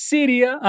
Seria